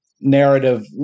narrative